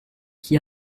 qui